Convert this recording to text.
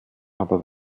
aber